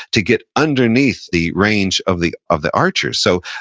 to get underneath the range of the of the archers. so,